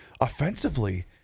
offensively